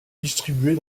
distribuées